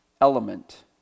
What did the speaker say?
element